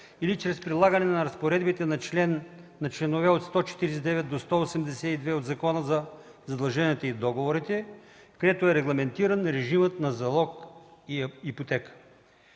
или чрез прилагане разпоредбите на чл. 149-182 от Закона за задълженията и договорите, където е регламентиран режимът на залог и ипотека.